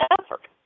effort